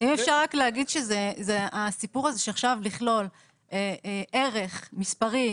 אם אפשר לומר שהסיפור הזה של עכשיו לכלול ערך מספרי